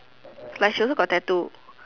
like she also got tattoo